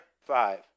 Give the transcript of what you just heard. five